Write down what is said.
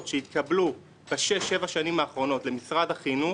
שהתקבלו בשש-שבע השנים האחרונות למשרד החינוך